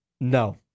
No